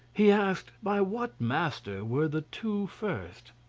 he asked, by what master were the two first.